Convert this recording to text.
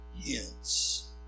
hence